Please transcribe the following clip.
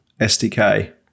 SDK